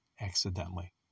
accidentally